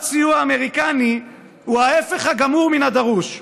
סיוע אמריקני הוא ההפך הגמור מן הדרוש.